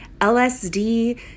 LSD